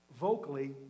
vocally